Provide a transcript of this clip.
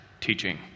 teaching